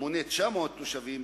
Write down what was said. המונה 900 תושבים.